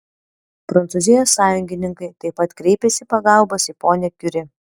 prancūzijos sąjungininkai taip pat kreipiasi pagalbos į ponią kiuri